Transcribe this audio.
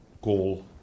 call